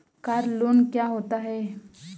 Car loan क्या होता है?